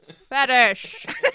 fetish